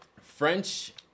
french